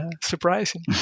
surprising